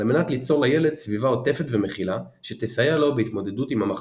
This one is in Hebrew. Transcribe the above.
על מנת ליצור לילד סביבה עוטפת ומכילה שתסייע לו בהתמודדות עם המחלה.